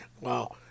Wow